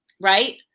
right